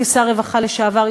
כשר הרווחה לשעבר,